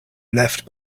left